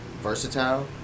versatile